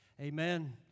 Amen